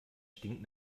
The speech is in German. stinkt